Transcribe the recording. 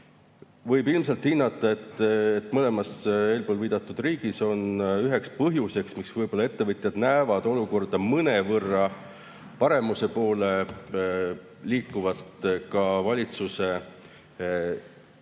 Võib ilmselt hinnata, et mõlemas eelnimetatud riigis on üheks põhjuseks, miks ettevõtjad näevad olukorda mõnevõrra paremuse poole liikuvat, ka valitsuse